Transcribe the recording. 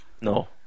No